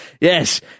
Yes